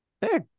hey